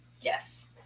yes